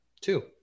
two